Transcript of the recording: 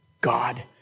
God